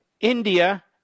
India